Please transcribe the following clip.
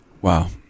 Wow